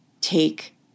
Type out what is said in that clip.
take